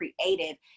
creative